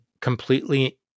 completely